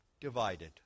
divided